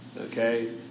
okay